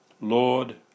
Lord